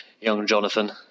Young-Jonathan